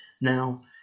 Now